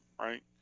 right